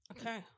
okay